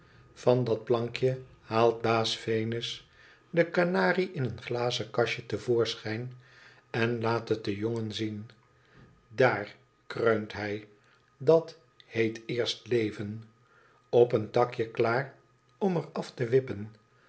van dat plankje haalt baa venus den kanarie in een glazen kastje te voorschijn en laat het dea jongen zien daar kreunt hij dat heet eerst leven op een takje klaar om er af te wippen